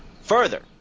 Further